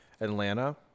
Atlanta